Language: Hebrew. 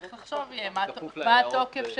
"(ד)מנפיק לא יחזור ויחייב את הלקוח ולא יחזור